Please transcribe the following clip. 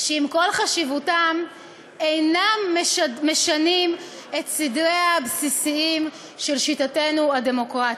שעם כל חשיבותם אינם משנים את סדריה הבסיסיים של שיטתנו הדמוקרטית.